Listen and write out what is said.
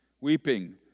weeping